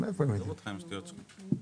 לשימוש כחומר בעירה,